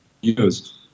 years